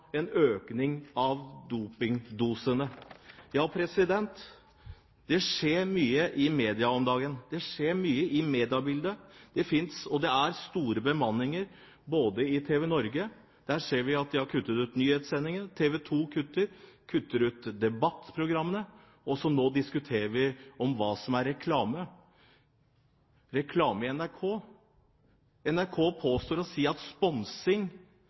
en økning av dopingdosene. Det skjer mye i mediene om dagen. Det skjer mye i mediebildet. Det er store nedbemanninger i TVNorge. Der ser vi at de har kuttet ut nyhetssendingen. TV 2 kutter i debattprogrammene, og nå diskuterer vi hva som er reklame i NRK. NRK påstår at sponsing